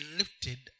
lifted